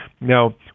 Now